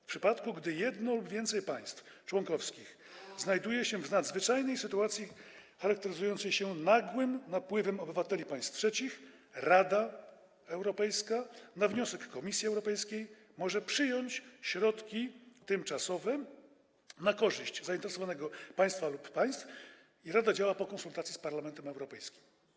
W przypadku gdy jedno lub więcej państw członkowskich znajdzie się w nadzwyczajnej sytuacji charakteryzującej się nagłym napływem obywateli państw trzecich, Rada Europejska, na wniosek Komisji Europejskiej, może przyjąć środki tymczasowe na korzyść zainteresowanego państwa lub państw, a Rada działa po konsultacji z Parlamentem Europejskim.